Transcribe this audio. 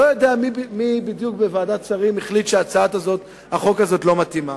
לא יודע מי בדיוק בוועדת שרים החליט שהצעת החוק הזאת לא מתאימה.